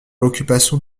l’occupation